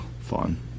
fun